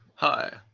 hi,